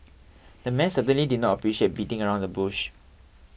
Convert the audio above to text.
the man certainly did not appreciate beating around the bush